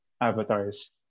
avatars